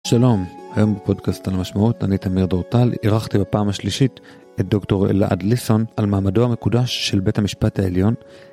שלום, היום בפודקאסט על המשמעות, אני תמיר דורטל, אירחתי בפעם השלישית את דוקטור אלעד ליסון על מעמדו המקודש של בית המשפט העליון.